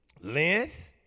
length